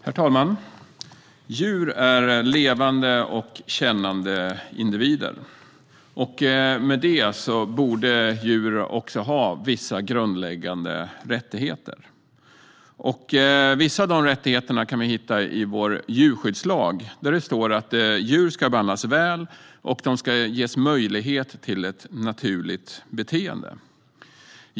Herr talman! Djur är levande och kännande individer. I och med det borde djur också ha vissa grundläggande rättigheter. Vissa av de rättigheterna kan vi hitta i vår djurskyddslag där det står att djur ska behandlas väl och ges möjlighet till ett naturligt beteende.